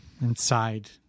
inside